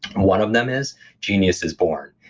one of them is genius is born.